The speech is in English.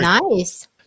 nice